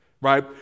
Right